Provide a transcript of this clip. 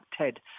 Ted